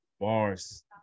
Bars